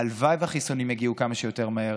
הלוואי שהחיסונים יגיעו כמה שיותר מהר,